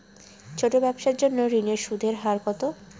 ছোট ব্যবসার জন্য ঋণের সুদের হার কত?